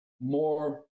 more